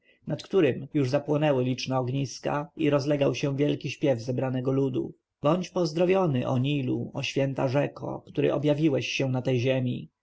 nad którym już zapłonęły liczne ogniska i rozlegał się wielki śpiew zebranego ludu bądź pozdrowiony o nilu o święta rzeko która objawiłaś się na tej ziemi